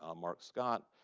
ah mark scott,